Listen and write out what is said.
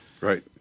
Right